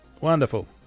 wonderful